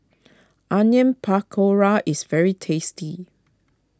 Onion Pakora is very tasty